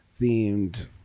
themed